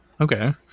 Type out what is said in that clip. Okay